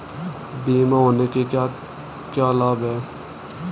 बीमा होने के क्या क्या लाभ हैं?